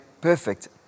perfect